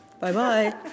Bye-bye